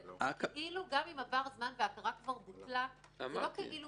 גם אם עבר זמן וההכרה כבר בוטלה, זה לא כאילו